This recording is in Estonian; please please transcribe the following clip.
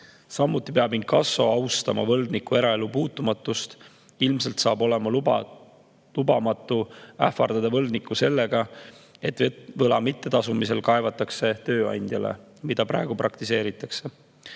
Samuti peab inkasso austama võlgniku eraelu puutumatust. Ilmselt saab olema lubamatu ähvardada võlgnikku sellega, et võla mittetasumisel kaevatakse tööandjale, nagu praegu praktiseeritakse.